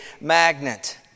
magnet